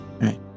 right